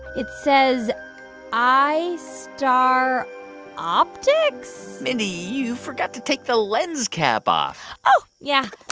it says eyestar optics mindy, you forgot to take the lens cap off oh, yeah.